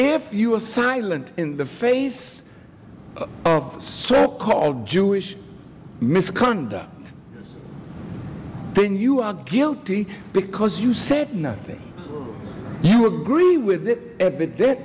if you a silent in the face of so called jewish misconduct then you are guilty because you said nothing you agree with it